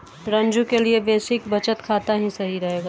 रंजू के लिए बेसिक बचत खाता ही सही रहेगा